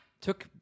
took